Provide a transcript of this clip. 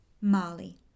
Molly